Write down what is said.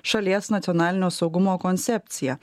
šalies nacionalinio saugumo koncepciją